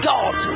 God